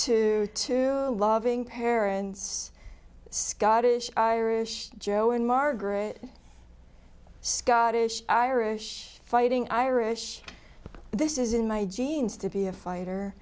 to two loving parents scottish irish joe and margaret scottish irish fighting irish this is in my genes to be a fighter